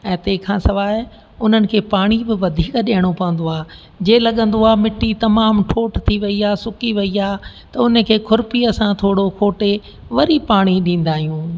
ऐं तंहिं खां सवाइ उन्हनि खे पाणी बि वधीक ॾियणो पवंदो आहे जीअं लॻंदो आहे मिट्टी तमामु ठोठ थी वेई आहे सुकी वेई आहे त हुनखे खुरपीअ सां थोरो खोटे वरी पाणी ॾींदा आहियूं